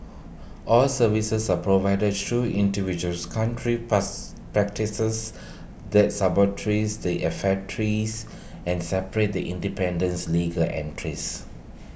all services are provided through individual's country pass practices their the and separate The Independence legal entrance